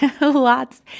lots